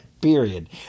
period